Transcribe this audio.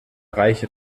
reiche